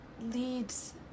leads